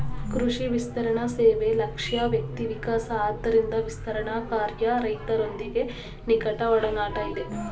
ಕೃಷಿ ವಿಸ್ತರಣಸೇವೆ ಲಕ್ಷ್ಯ ವ್ಯಕ್ತಿವಿಕಾಸ ಆದ್ದರಿಂದ ವಿಸ್ತರಣಾಕಾರ್ಯ ರೈತರೊಂದಿಗೆ ನಿಕಟಒಡನಾಟ ಇದೆ